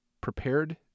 prepared